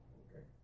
okay